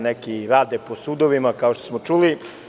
Neki rade po sudovima, kao što smo čuli.